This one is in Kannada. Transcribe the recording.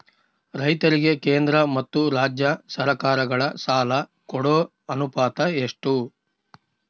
ರೈತರಿಗೆ ಕೇಂದ್ರ ಮತ್ತು ರಾಜ್ಯ ಸರಕಾರಗಳ ಸಾಲ ಕೊಡೋ ಅನುಪಾತ ಎಷ್ಟು?